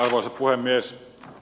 arvoisa puhemies